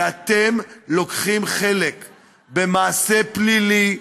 ואתם לוקחים חלק במעשה פלילי,